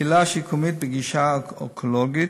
קהילה שיקומית בגישה אקולוגית,